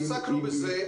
עסקנו בזה.